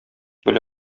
белә